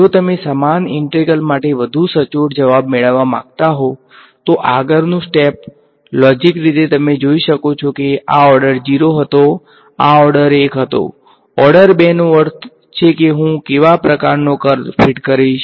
જો તમે સમાન ઈંટેગ્રલ માટે વધુ સચોટ જવાબ મેળવવા માંગતા હો તો આગળનું સ્ટેપ લોજીક રીતે તમે જોઈ શકો છો કે આ ઓર્ડર 0 હતો આ ઓર્ડર 1 હતો ઓર્ડર 2 નો અર્થ છે કે હું કેવા પ્રકારનો કર્વ ફિટ કરીશ